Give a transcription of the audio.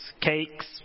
cakes